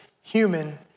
human